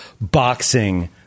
boxing